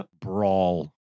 Brawl